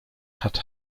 hat